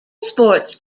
sports